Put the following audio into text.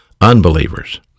unbelievers